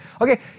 Okay